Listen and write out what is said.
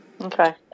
Okay